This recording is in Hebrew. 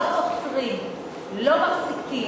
לא מפסיקים,